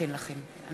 אני